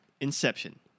Inception